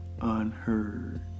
unheard